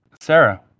Sarah